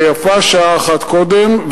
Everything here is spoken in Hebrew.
ויפה שעה אחת קודם,